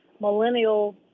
millennial